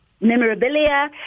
memorabilia